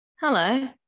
Hello